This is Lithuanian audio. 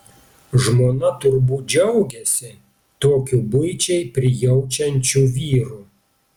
žmona turbūt džiaugiasi tokiu buičiai prijaučiančiu vyru